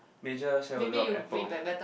major shareholder of Apple